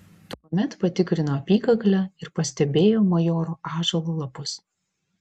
tuomet patikrino apykaklę ir pastebėjo majoro ąžuolo lapus